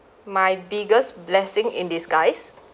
my biggest blessing in disguise